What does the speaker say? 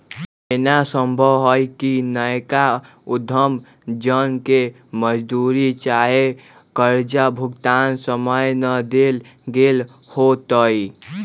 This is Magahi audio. एना संभव हइ कि नयका उद्यम जन के मजदूरी चाहे कर्जा भुगतान समय न देल गेल होतइ